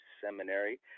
Seminary